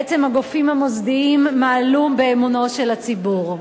בעצם הגופים המוסדיים מעלו באמונו של הציבור.